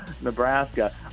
Nebraska